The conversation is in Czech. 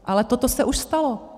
Ale toto se už stalo.